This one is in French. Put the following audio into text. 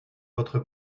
votre